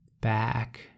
back